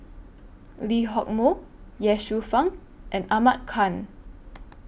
Lee Hock Moh Ye Shufang and Ahmad Khan